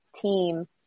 team